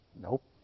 Nope